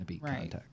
right